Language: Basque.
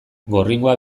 gorringoa